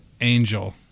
Angel